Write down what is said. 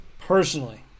Personally